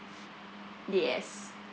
yes